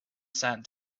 sat